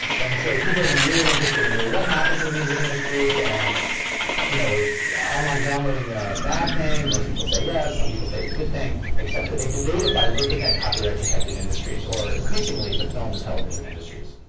and so people have been really interested in, what happened to the music industry, and you know is online downloading a bad thing? most people say yes, some people say it's a good thing, et cetera. they debate it by looking at copyright-protected industries or, increasingly, the film and television industries.